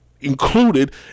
included